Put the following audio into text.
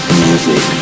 music